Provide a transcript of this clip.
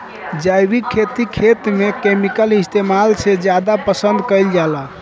जैविक खेती खेत में केमिकल इस्तेमाल से ज्यादा पसंद कईल जाला